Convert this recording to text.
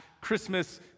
Christmas